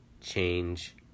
change